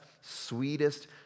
sweetest